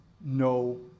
no